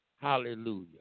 hallelujah